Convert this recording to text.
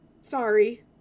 Sorry